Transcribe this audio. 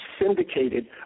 syndicated